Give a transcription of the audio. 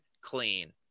clean